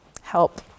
help